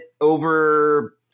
over